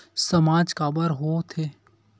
सामाज काबर हो थे?